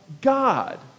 God